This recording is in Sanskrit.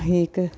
एकम्